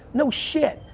no shit,